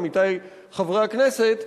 עמיתי חברי הכנסת,